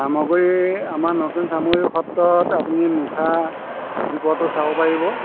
সামগ্ৰী আমাৰ নতুন চামগুৰি সত্ৰত আপুনি মুখা শিল্পটো চাব পাৰিব